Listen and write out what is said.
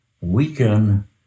weaken